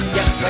Yes